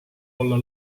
olla